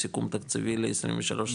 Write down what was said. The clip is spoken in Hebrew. בסיכום תקציבי ל-23-24?